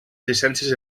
llicències